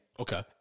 Okay